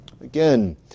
Again